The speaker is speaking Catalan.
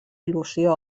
il·lusió